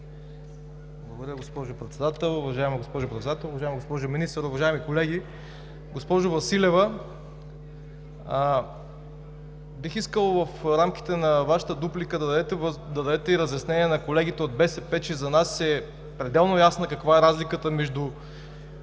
Благодаря, госпожо Председател. Уважаема госпожо Председател, уважаема госпожо Министър, уважаеми колеги! Госпожо Василева, бих искал в рамките на Вашата дуплика да дадете разяснение на колегите от БСП, че за нас е пределно ясна разликата между